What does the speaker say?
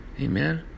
Amen